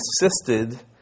assisted